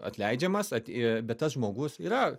atleidžiamas atė bet tas žmogus yra